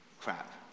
crap